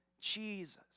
Jesus